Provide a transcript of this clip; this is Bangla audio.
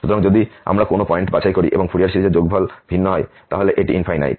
সুতরাং যদি আমরা কোন পয়েন্ট বাছাই করি এবং ফুরিয়ার সিরিজের যোগফল ভিন্ন হয় তাহলে এটি যায়